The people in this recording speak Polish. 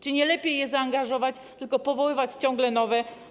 Czy nie lepiej je zaangażować, a nie tylko powoływać ciągle nowe?